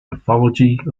mythologies